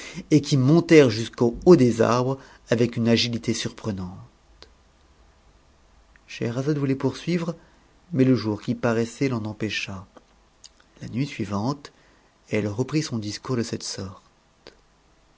et qui montèrent jusqu'au haut des arbres avec une agilité surprenante schelierazade voulait poursuivre mais le jour qui paraissait l'en em la nuit suivante elle reprit son discours de cette sorte